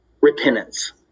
repentance